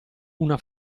una